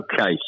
Okay